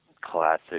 classic